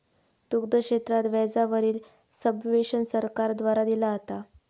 दुग्ध क्षेत्रात व्याजा वरील सब्वेंशन सरकार द्वारा दिला जाता